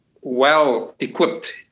well-equipped